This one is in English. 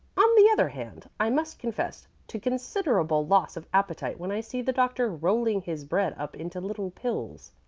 on the other hand, i must confess to considerable loss of appetite when i see the doctor rolling his bread up into little pills,